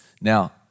Now